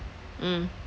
mm